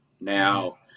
Now